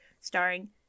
starring